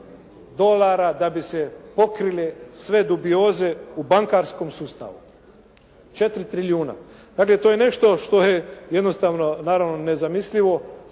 da bi se pokrile sve dubioze u bankarskom sustavu. 4 trilijuna. Dakle, to je nešto što je jednostavno naravno nezamislivo,